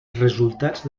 resultats